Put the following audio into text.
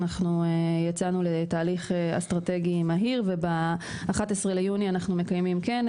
אנחנו יצאנו לתהליך אסטרטגי מהיר וב-11.6 אנחנו מקיימים כנס,